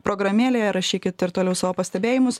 programėlėje rašykit ir toliau savo pastebėjimus